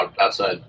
outside